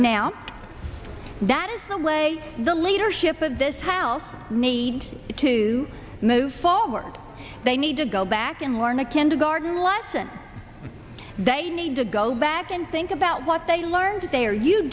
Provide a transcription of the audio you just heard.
now that is the way the leadership of this house needs to move forward they need to go back and learn a kindergarten lesson they need to go back and think about what they learned they are you